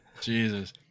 Jesus